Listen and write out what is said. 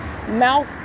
mouth